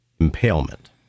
impalement